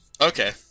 Okay